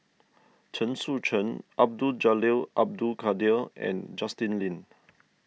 Chen Sucheng Abdul Jalil Abdul Kadir and Justin Lean